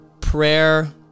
prayer